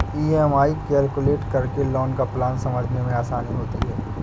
EMI calculate करके loan का plan समझने में आसानी होती है